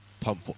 pump